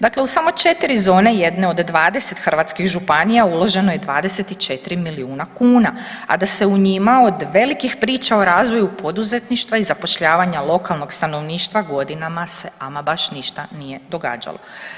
Dakle, u samo 4 zone jedne od 20 hrvatskih županija uloženo je 24 milijuna kuna, a da se u njima od velikih priča o razvoju poduzetništva i zapošljavanja lokalnog stanovništva godinama se ama baš ništa nije događalo.